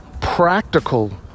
practical